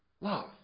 love